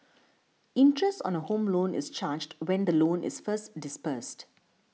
interest on a Home Loan is charged when the loan is first disbursed